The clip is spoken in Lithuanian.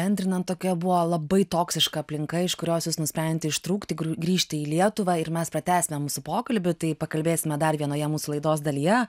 bendrinan tokia buvo labai toksiška aplinka iš kurios jūs nusprendė ištrūkti gru grįžti į lietuvą ir mes pratęsime mūsų pokalbių tai pakalbėsime dar vienoje mūsų laidos dalyje